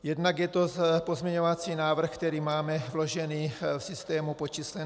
Jednak je to pozměňovací návrh, který máme vložený v systému pod číslem 2252.